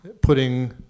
putting